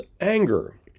anger